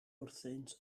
wrthynt